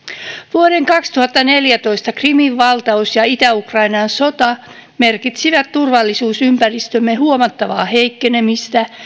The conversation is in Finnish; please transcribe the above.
vuoden kaksituhattaneljätoista krimin valtaus ja itä ukrainan sota merkitsivät turvallisuusympäristömme huomattavaa heikkenemistä